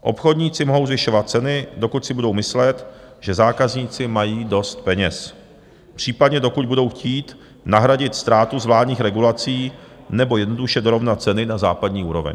Obchodníci mohou zvyšovat ceny, dokud si budou myslet, že zákazníci mají dost peněz, případně dokud budou chtít nahradit ztrátu z vládních regulací, nebo jednoduše dorovnat ceny na západní úroveň.